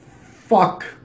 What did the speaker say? fuck